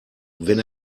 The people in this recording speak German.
wenn